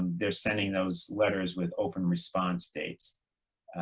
they're sending those letters with open response dates,